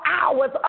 hours